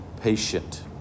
patient